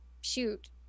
shoot